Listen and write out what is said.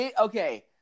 Okay